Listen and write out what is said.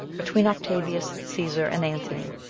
between octavius caesar and antony,